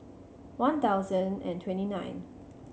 one thousand and twenty nine